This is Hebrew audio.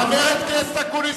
חבר הכנסת אקוניס.